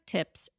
Tips